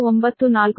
594 ಸಿಕ್ಕಿತು